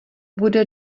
bude